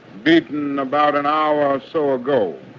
beaten about an hour or so ago.